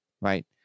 right